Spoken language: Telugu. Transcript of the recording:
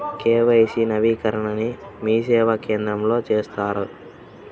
కే.వై.సి నవీకరణని మీసేవా కేంద్రం లో చేస్తారా?